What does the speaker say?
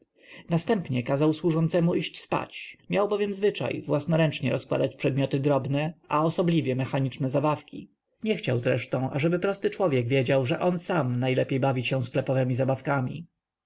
następnie kazał służącemu iść spać miał bowiem zwyczaj własnoręcznie rozkładać przedmioty drobne a osobliwie mechaniczne zabawki nie chciał zresztą ażeby prosty człowiek wiedział że on sam najlepiej bawi się sklepowemi zabawkami jak zwykle tak i